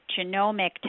genomic